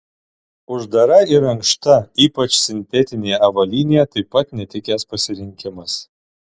uždara ir ankšta ypač sintetinė avalynė taip pat netikęs pasirinkimas